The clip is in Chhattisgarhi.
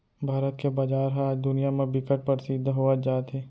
भारत के बजार ह आज दुनिया म बिकट परसिद्ध होवत जात हे